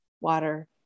water